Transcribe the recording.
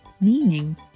meaning